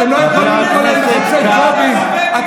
אתם לא יכולים לקרוא מחפשי ג'ובים, חבר הכנסת כץ.